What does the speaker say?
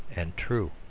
and true.